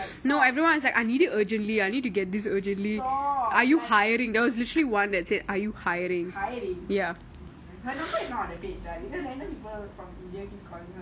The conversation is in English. about what I need it urgently she's the only who said are you hiring